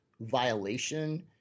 violation